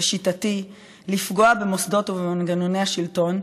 ושיטתי לפגוע במוסדות ובמנגנוני השלטון,